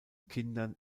kindern